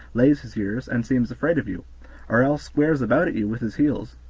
lays his ears, and seems afraid of you or else squares about at you with his heels.